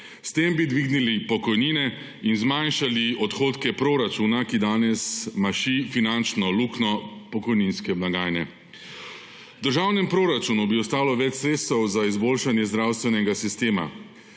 S tem bi dvignili pokojnine in zmanjšali odhodke proračuna, ki danes maši finančno luknjo pokojninske blagajne. V državnem proračunu bi ostalo več sredstev za izboljšanje zdravstvenega sistema,